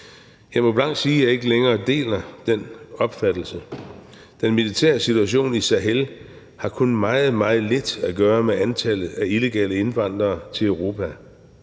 Jeg må blankt sige, at jeg ikke længere deler den opfattelse. Den militære situation i Sahel har kun meget, meget lidt at gøre med antallet af illegale indvandrere til Europa.